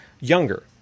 younger